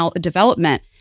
development